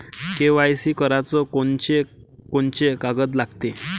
KYC कराच कोनचे कोनचे कागद लागते?